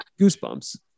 Goosebumps